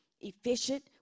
efficient